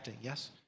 yes